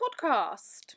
podcast